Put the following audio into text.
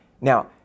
now